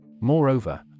Moreover